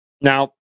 Now